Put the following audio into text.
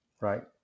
right